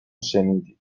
شنیدید